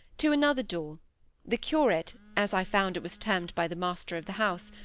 to another door the curate, as i found it was termed by the master of the house,